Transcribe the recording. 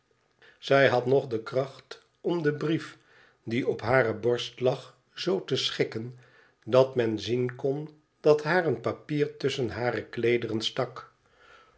zij had nog de kracht om den brief die op hare berst lag zoo te schikken dat men zien kon dat daar een papier tusschen hare kleederen stak